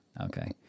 okay